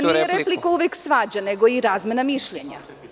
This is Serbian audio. Nije replika uvek svađa, nego i razmena mišljenja.